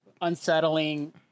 unsettling